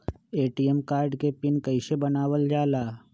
ATM card के PIN कैसे बनावल जाला?